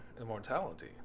immortality